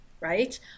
right